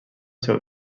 seu